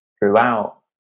throughout